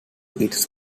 its